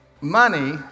money